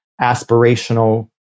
aspirational